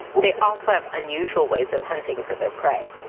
they also have unusual ways of hunting for their prey.